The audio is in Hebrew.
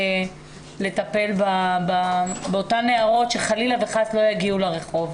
לטפל באותן נערות שחלילה וחס לא יגיעו לרחוב.